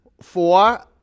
Four